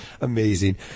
Amazing